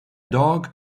dog